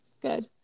good